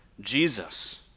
Jesus